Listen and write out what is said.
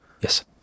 Yes